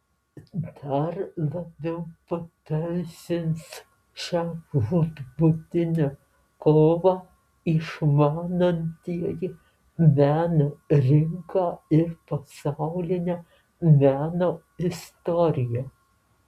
dar labiau pateisins šią žūtbūtinę kovą išmanantieji meno rinką ir pasaulinę meno istoriją